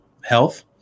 health